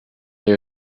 they